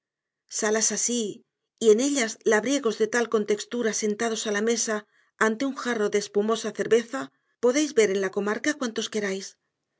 salas así y en ellas labriegos de tal contextura sentados a la mesa ante un jarro de espumosa cerveza podéis ver en la comarca cuanta queráis